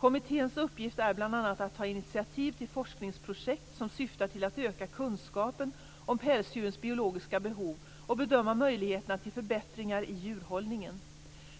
Kommitténs uppgift är bl.a. att ta initiativ till forskningsprojekt som syftar till att öka kunskapen om pälsdjurens biologiska behov och bedöma möjligheterna till förbättringar i djurhållningen.